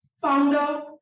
founder